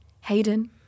Hayden